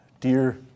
dear